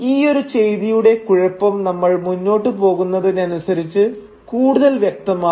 ഈയൊരു ചെയ്തിയുടെ കുഴപ്പം നമ്മൾ മുന്നോട്ടു പോകുന്നതിനനുസരിച്ച് കൂടുതൽ വ്യക്തമാകും